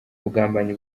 ubugambanyi